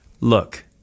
look